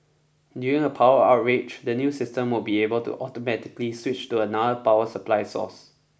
during a power outrage the new system will be able to automatically switch to another power supply source